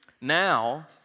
now